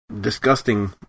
disgusting